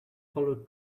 follow